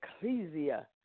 ecclesia